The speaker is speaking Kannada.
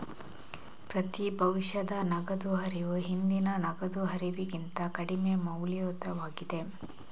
ಪ್ರತಿ ಭವಿಷ್ಯದ ನಗದು ಹರಿವು ಹಿಂದಿನ ನಗದು ಹರಿವಿಗಿಂತ ಕಡಿಮೆ ಮೌಲ್ಯಯುತವಾಗಿದೆ